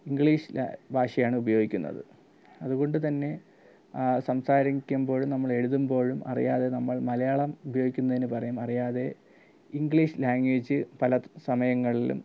ഇംഗ്ലീഷ്ല ഭാഷയാണ് ഉപയോഗിക്കുന്നത് അതുകൊണ്ട് തന്നെ സംസാരിക്കുമ്പോഴും നമ്മൾ എഴുതുമ്പോഴും അറിയാതെ നമ്മൾ മലയാളം ഉപയോഗിക്കുന്നതിന് പകരം അറിയാതെ ഇങ്ക്ളീഷ് ലാങ്വേജ് പല സമയങ്ങളിലും